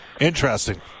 Interesting